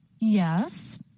Yes